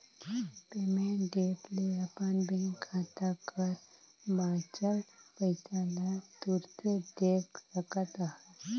payment app ले अपन bank खाता कर बांचल पइसा ल तुरते देख सकत अहस